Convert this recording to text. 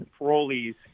parolees